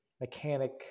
mechanic